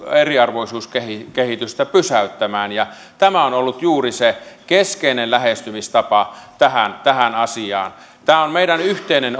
eriarvoisuuskehitystä pysäyttämään ja tämä on ollut juuri se keskeinen lähestymistapa tähän tähän asiaan tämä on meidän yhteinen